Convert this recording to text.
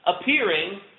appearing